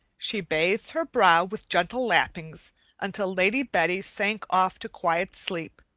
she bathed her brow with gentle lappings until lady betty sank off to quiet sleep,